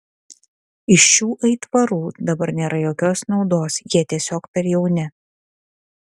iš šių aitvarų dabar nėra jokios naudos jie tiesiog per jauni